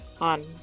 On